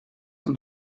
can